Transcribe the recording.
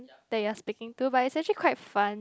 that you are speaking to but it's actually quite fun